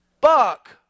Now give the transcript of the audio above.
buck